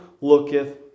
looketh